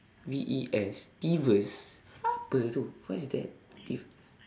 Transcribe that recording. V E S peeves apa itu what is that if